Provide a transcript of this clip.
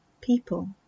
people